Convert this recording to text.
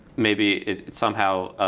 maybe it's somehow